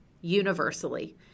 universally